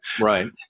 Right